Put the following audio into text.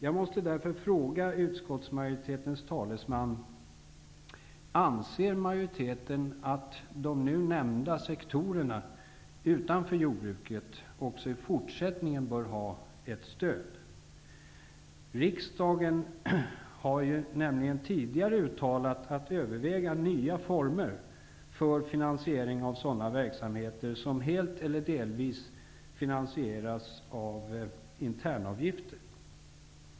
Jag måste därför fråga utskottsmajoritetens talesman om majoriteten anser att de nu nämnda sektorerna utanför jordbruket också i fortsättningen bör ha ett stöd. Riksdagen har nämligen tidigare uttalat att man bör överväga nya former för finansiering av sådana verksamheter som helt eller delvis finansieras av internavgifter.